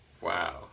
Wow